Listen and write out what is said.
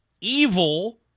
evil